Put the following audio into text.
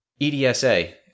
EDSA